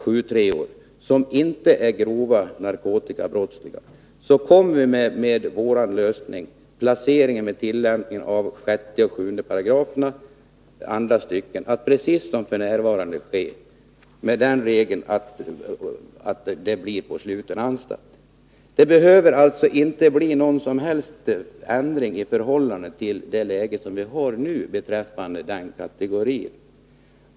7:3-or som inte är grova narkotikabrottslingar kommer med vår lösning placering, med tillämpning av 6 § och 7 § andra stycket, att precis som f. n. ske på sluten anstalt. Det behöver alltså inte bli någon som helst ändring i förhållande till det läge som vi har nu beträffande den kategorin.